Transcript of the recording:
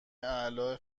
اعلای